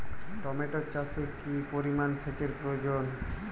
Tomato চাষে কি পরিমান সেচের প্রয়োজন?